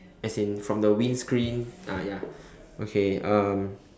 as in from the windscreen ah ya okay um